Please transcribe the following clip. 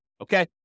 Okay